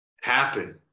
happen